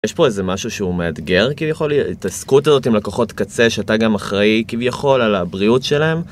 יש פה איזה משהו שהוא מאתגר כביכול, ההתעסקות הזאת עם לקוחות קצה שאתה גם אחראי כביכול על הבריאות שלהם.